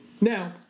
Now